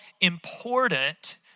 important